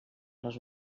les